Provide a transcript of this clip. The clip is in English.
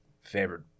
favorite